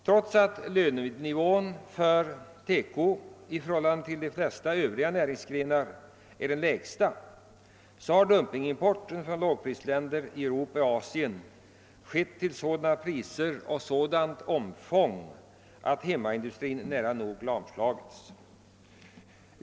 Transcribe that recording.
Trots att lönenivån för TEKO-industrin i jämförelse med lönenivån inom de flesta övriga industrigrenar är den lägsta har dumpingimporten från lågprisländer i Europa och Asien skett till sådana priser och i sådant omfång att hemmaindustrin nära nog lamslagits.